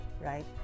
right